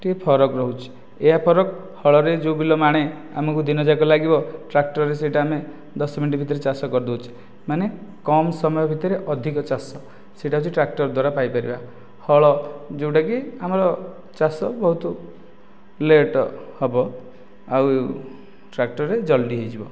ଟିକେ ଫରକ ରହୁଛି ଏହା ଫରକ ହଳରେ ଯେଉଁ ବିଲ ମାଣେ ଆମକୁ ଦିନଯାକ ଲାଗିବ ଟ୍ରାକ୍ଟରରେ ସେଇଟା ଆମେ ଦଶ ମିନଟ ଭିତରେ ଚାଷ କରିଦେଉଛେ ମାନେ କମ ସମୟରେ ଭିତରେ ଅଧିକ ଚାଷ ସେଟା ହେଉଛି ଟ୍ରାକ୍ଟର ଦ୍ବାରା ପାଇପାରିବା ହଳ ଯେଉଁଟାକି ଆମର ଚାଷ ବହୁତ ଲେଟ ହେବ ଆଉ ଟ୍ରାକ୍ଟରରେ ଜଲଦି ହୋଇଯିବ